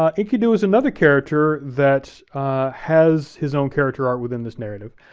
um enkidu is another character that has his own character arc within this narrative,